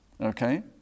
Okay